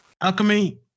Alchemy